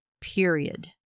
period